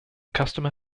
customer